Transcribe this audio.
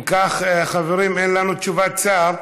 אם כך, חברים, אין לנו תשובת שר,